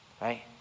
right